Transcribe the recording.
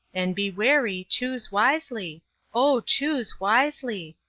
and be wary, choose wisely oh, choose wisely!